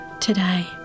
today